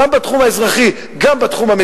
גם בתחום האזרחי,